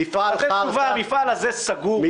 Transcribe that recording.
לתת תשובה שהמפעל הזה סגור,